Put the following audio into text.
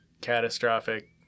catastrophic